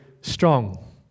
strong